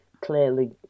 clearly